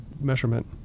measurement